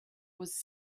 was